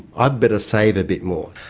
i'd better save a bit more.